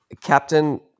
Captain